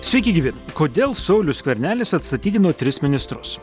sveiki gyvi kodėl saulius skvernelis atstatydino tris ministrus